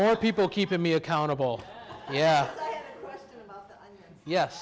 more people keeping me accountable yeah yes